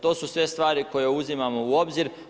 To su sve stvari koje uzimamo u obzir.